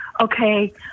okay